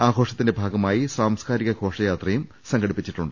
ആഘോഷത്തിന്റെ ഭാഗമായി സാംസ്കാരിക ഘോഷയാത്ര സംഘടിപ്പിക്കും